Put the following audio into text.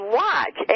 watch